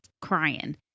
crying